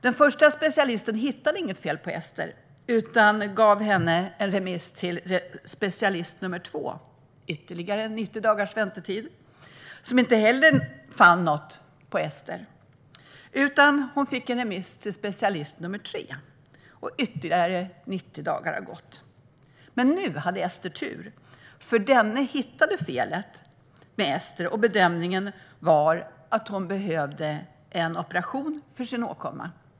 Den första specialisten hittade inget fel på Ester utan gav henne en remiss till specialist nummer två - ytterligare 90 dagars väntetid. Denna specialist fann inte heller något, utan Ester fick en remiss till specialist nummer tre. Ytterligare 90 dagar gick. Nu hade dock Ester tur, för denne specialist hittade felet. Bedömningen var att hon behövde en operation för åkomman.